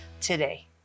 today